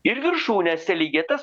ir viršūnėse lygiai tas